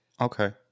Okay